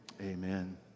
amen